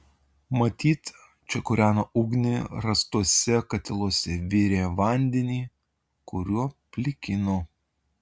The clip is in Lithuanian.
matyt čia kūreno ugnį rastuose katiluose virė vandenį kuriuo plikino